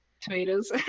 tomatoes